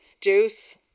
juice